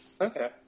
Okay